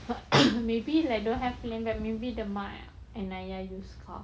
maybe like don't have plan but maybe dia mak and ayah use car